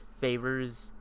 favors